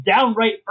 downright